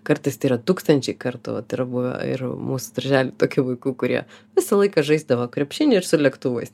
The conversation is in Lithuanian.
kartais tai yra tūkstančiai kartų yra buvę ir mūsų daržely tokių vaikų kurie visą laiką žaisdavo krepšinį ir su lėktuvais